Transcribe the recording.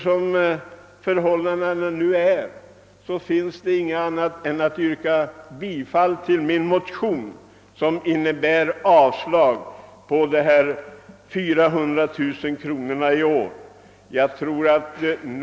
Som förhållandena nu är återstår inget annat alternativ än att yrka bifall till min motion, vilket betyder att bidraget på 400 000 kronor för nästa budgetår skall avslås.